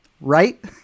Right